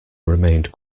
remained